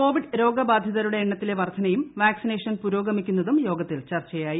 Covid രോഗ ബാധിതരുടെ എണ്ണത്തിലെ വർധനയും വാക്സിനേഷൻ പുരോഗമിക്കുന്നതും യോഗത്തിൽ ചർച്ചയായി